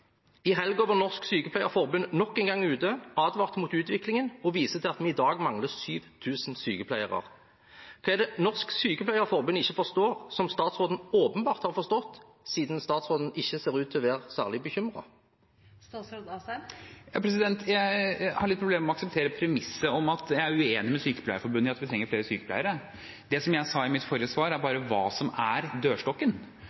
I helgen var Norsk Sykepleierforbund nok en gang ute og advarte mot utviklingen og viste til at vi i dag mangler 7 000 sykepleiere. Hva er det Norsk Sykepleierforbund ikke forstår, som statsråden åpenbart har forstått siden statsråden ikke ser ut til å være særlig bekymret? Jeg har litt problemer med aksepterer premisset om at jeg er uenig med Sykepleierforbundet i at vi trenger flere sykepleiere. Det jeg sa i mitt forrige svar, var bare hva som er